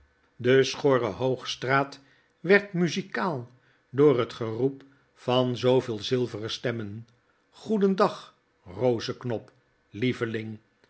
de schorre hoogstraat werd muzikaal door het geroep van zoovele zilveren stemmen goedendag roseknop lieveling